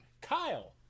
Kyle